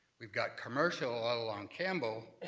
we've got commercial all along campbell.